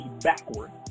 backwards